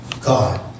God